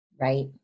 Right